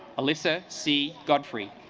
elisa see godfrey